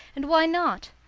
and why not?